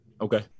okay